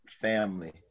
family